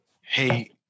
hey